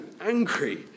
angry